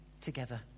together